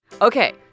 Okay